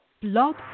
Blog